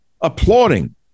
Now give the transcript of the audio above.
applauding